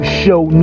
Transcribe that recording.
show